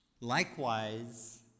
likewise